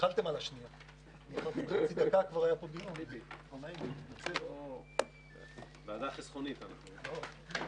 הישיבה ננעלה בשעה 11:00.